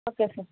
okay sir